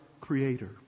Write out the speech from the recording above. creator